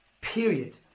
Period